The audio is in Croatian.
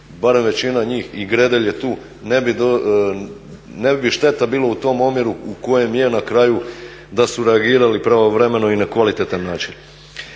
barem većina njih i Gredelj je tu ne bi šteta bila u tom omjeru u kojem je na kraju da su reagirali pravovremeno i na kvalitetan način.